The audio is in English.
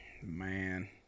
Man